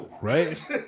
Right